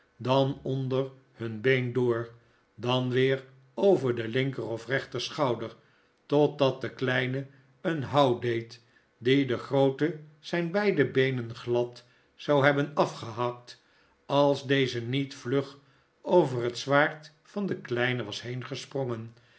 dan onder hun been door dan weer over den linker of rechterschouder totdat de kleine een houw deed die den grooten zijn beide beenen glad zou hebben afgehakt als deze niet vlug over het zwaard van den kleinen was